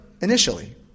initially